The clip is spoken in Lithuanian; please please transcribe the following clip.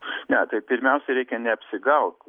ne tai pirmiausia reikia neapsigaut